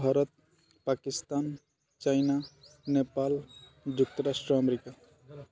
Bharat Pakistan China Nepal ଯୁକ୍ତରାଷ୍ଟ୍ର America